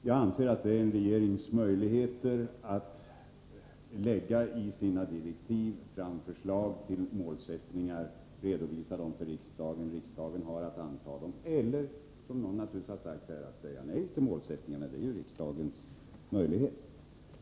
Jag anser att det är en regerings rättighet att i sina direktiv lägga fram förslag till målsättningar och redovisa dem för riksdagen. Riksdagen har sedan att antaga målsättningarna eller, som någon har sagt här, att säga nej till dem; det är ju riksdagens rättighet.